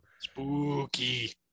Spooky